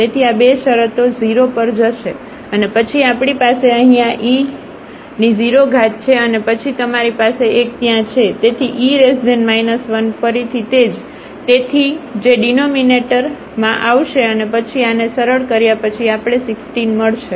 તેથી આ બે શરતો 0 પર જશે અને પછી આપણી પાસે અહીં આ e0 છે અને પછી તમારી પાસે 1 ત્યાં છે તેથી e 1 ફરીથી તે જ તેથી જે ડીનોમિનેટરમાં આવશે અને પછી આને સરળ કર્યા પછી આપણે 16 મળશે